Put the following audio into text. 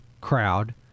crowd